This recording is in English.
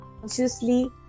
consciously